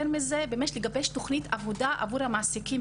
מזה: ממש לגבש תוכנית עבודה עבור המעסיקים,